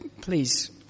please